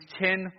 ten